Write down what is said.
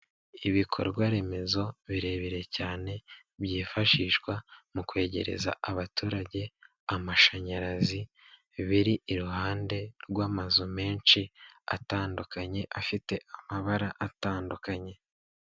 Ibikorwaremezo birebire cyane byifashishwa mu kwegereza abaturage amashanyarazi biri iruhande rw'amazu menshi atandukanye afite amabara atandukanye.